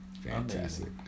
Fantastic